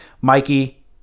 Mikey